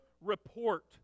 report